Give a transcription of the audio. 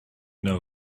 know